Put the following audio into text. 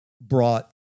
brought